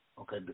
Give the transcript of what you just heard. Okay